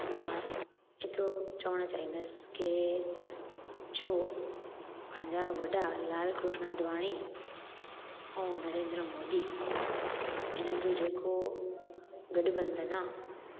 त मां एतिरो चवण चाहींदसि की जो पंहिंजा वॾा लाल कृष्न आडवाणी ऐं नरेन्द्र मोदी इन्हनि जो जेको गठबंधन आहे